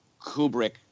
Kubrick